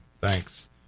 Thanks